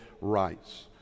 rights